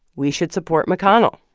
we should support mcconnell